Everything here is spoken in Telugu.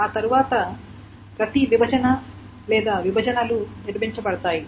ఆ తరువాత ప్రతి విభజన లేదా విభజనలు నిర్మించబడతాయి